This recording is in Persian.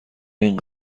این